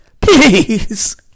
Please